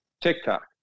TikTok